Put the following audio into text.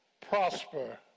prosper